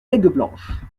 aigueblanche